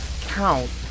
count